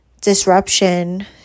disruption